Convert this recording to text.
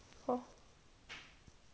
right